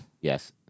Yes